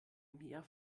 mär